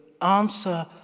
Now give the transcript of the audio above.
answer